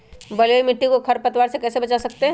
बलुई मिट्टी को खर पतवार से कैसे बच्चा सकते हैँ?